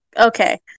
Okay